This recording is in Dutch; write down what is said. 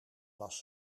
was